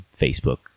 Facebook